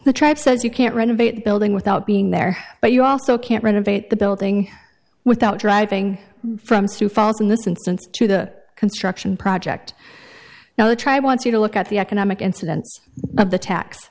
the tribe says you can't renovate the building without being there but you also can't renovate the building without driving from sioux falls in this instance to the construction project now the tribe wants you to look at the economic incidence of the tax